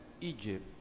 Egypt